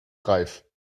reif